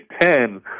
Ten